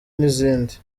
n’izindi